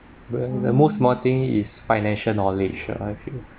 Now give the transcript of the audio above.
but the most important thing is financial knowledge ah I feel